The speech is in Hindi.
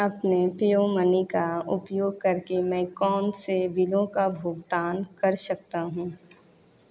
अपने पेयूमनी का उपयोग करके मैं कौन से बिलों का भुगतान कर सकता हूँ